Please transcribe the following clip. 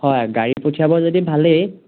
হয় গাড়ী পঠিয়াব যদি ভালেই